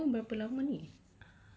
light effect